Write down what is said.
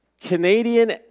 Canadian